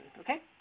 okay